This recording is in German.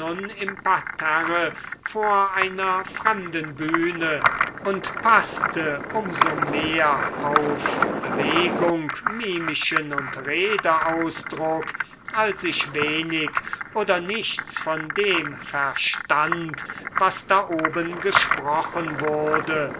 im parterre vor einer fremden bühne und paßte um so mehr auf bewegung mimischen und rede ausdruck als ich wenig oder nichts von dem verstand was da oben gesprochen wurde